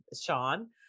Sean